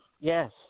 yes